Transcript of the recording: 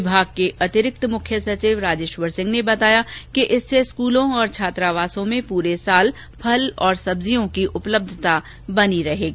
विभाग के अतिरिक्त मुख्य सचिव राजेश्वर सिंह ने बताया कि इससे स्कूलों और छात्रावासों में पूरे साल फल और सब्जियों की उपलब्धता बनी रहेगी